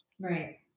right